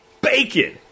bacon